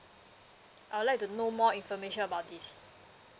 I would like to know more information about this